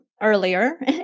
earlier